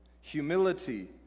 humility